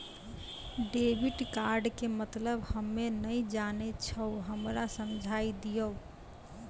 Debit card के मतलब हम्मे नैय जानै छौ हमरा समझाय दियौ?